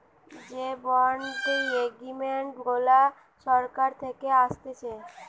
যে bond agreement গুলা সরকার থাকে আসতেছে